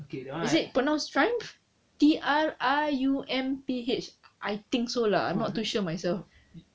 is it pronounced triumph T R I U M P H I think so lah I'm not too sure myself